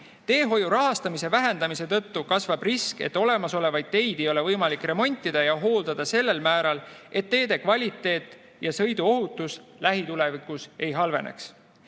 Teehoiu rahastamise vähendamise tõttu kasvab risk, et olemasolevaid teid ei ole võimalik remontida ja hooldada sellel määral, et teede kvaliteet ja sõiduohutus lähitulevikus ei halveneks.